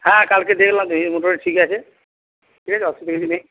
হ্যাঁ কালকে দেখলাম তো এই মোটামুটি ঠিক আছে ঠিক আছে অসুবিধা কিছু নেই